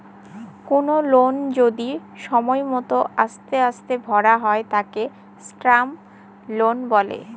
কোনো লোন যদি সময় মত আস্তে আস্তে ভরা হয় তাকে টার্ম লোন বলে